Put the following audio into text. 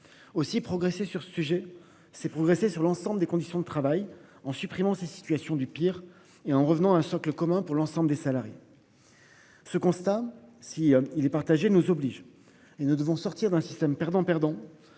Aussi progresser sur ce sujet, c'est progresser sur l'ensemble des conditions de travail en supprimant ces situations du pire et en revenant un socle commun pour l'ensemble des salariés. Ce constat si il est partagé nous oblige et nous devons sortir d'un système perdant-perdant